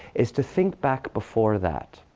is to think back before that.